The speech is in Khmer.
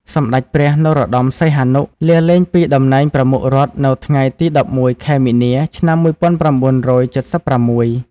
សម្តេចព្រះ នរោត្តម សីហនុ លាលែងពីតំណែងប្រមុខរដ្ឋនៅថ្ងៃទី១១ ខែមីនា ឆ្នាំ១៩៧៦។